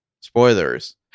spoilers